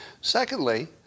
Secondly